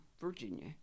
Virginia